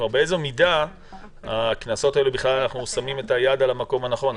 באיזו מידה בקנסות האלה אנחנו שמים את היד בכלל במקום הנכון,